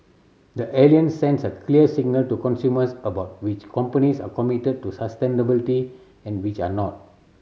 the Alliance sends a clear signal to consumers about which companies are committed to sustainability and which are not